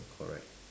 correct